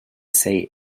say